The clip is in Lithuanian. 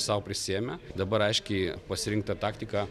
sau prisiėmė dabar aiškiai pasirinkta taktika